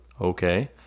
Okay